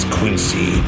Quincy